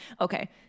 okay